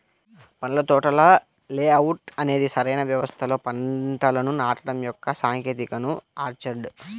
పండ్ల తోటల లేఅవుట్ అనేది సరైన వ్యవస్థలో పంటలను నాటడం యొక్క సాంకేతికత ఆర్చర్డ్